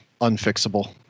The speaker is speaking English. unfixable